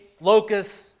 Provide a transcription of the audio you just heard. locusts